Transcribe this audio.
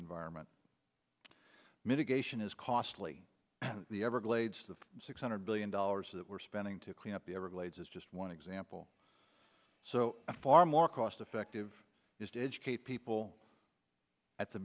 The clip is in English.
environment mitigation is costly the everglades the six hundred billion dollars that we're spending to clean up the everglades is just one example so far more cost effective is to educate people at the